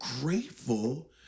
grateful